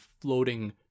floating